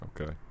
Okay